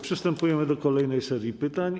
Przystępujemy do kolejnej serii pytań.